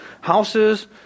houses